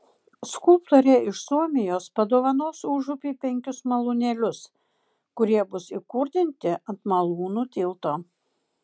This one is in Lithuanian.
skulptorė iš suomijos padovanos užupiui penkis malūnėlius kurie bus įkurdinti ant malūnų tilto